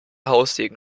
haussegen